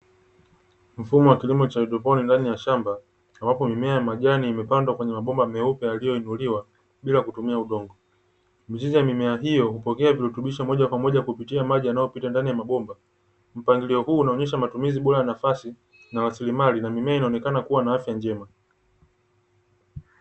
Mfumo wa kilimo cha haidroponi ndani ya shamba ambapo mimea ya majani imepandwa kwenye mabomba meupe yaliyoinuliwa bila kutumia udongo. Mizizi ya mimea hiyo hupokea virutubishi moja kwa moja kupitia maji yanayopita ndani ya mabomba, mpangilio huu unaonyesha matumizi bora ya nafasi na rasilimali na mimea inaonekana kuwa na afya njema.